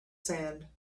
sand